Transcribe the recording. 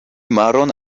maron